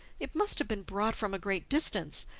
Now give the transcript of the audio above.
it must have been brought from a great distance,